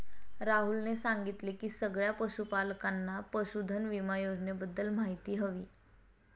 राहुलने सांगितले की सगळ्या पशूपालकांना पशुधन विमा योजनेबद्दल माहिती हवी